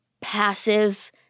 passive